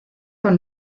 con